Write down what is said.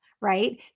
right